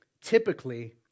typically